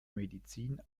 medizin